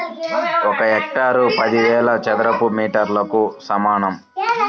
ఒక హెక్టారు పదివేల చదరపు మీటర్లకు సమానం